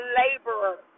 laborer